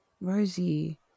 rosie